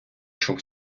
чув